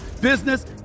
business